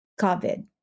COVID